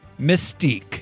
Mystique